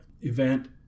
event